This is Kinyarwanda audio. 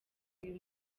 uyu